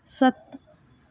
सत्त